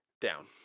down